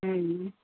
हम्म